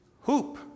hoop